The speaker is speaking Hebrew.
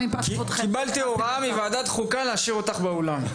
קיבלתי מוועדת חוקה הוראה להשאיר אותך באולם.